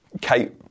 Kate